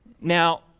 Now